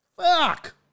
Fuck